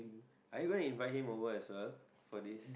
are you gonna invite him over as well for this